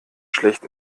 schlecht